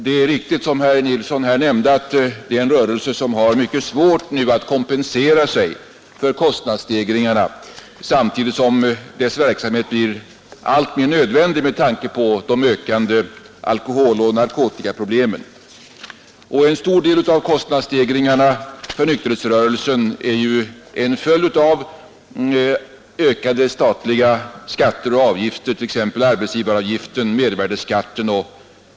Det är som herr Nilsson här nämnde en rörelse, som har mycket svårt att kompensera sig för kostnadsstegringarna samtidigt som dess verksamhet blir alltmer nödvändig med tanke på de ökande alkoholoch narkotikaproblemen. En stor del av kostnadsstegringarna för nykterhetsrörelsen är en följd av ökade statliga skatter och avgifter, t.ex. arbetsgivaravgiften och mervärdeskatten.